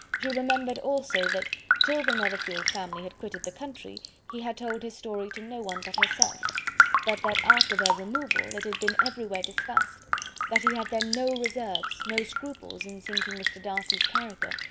she remembered also that, till the netherfield family had quitted the country, he had told his story to no one but herself but that after their removal it had been everywhere discussed that he had then no reserves, no scruples in sinking mr. darcy's character,